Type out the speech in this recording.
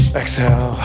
exhale